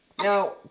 Now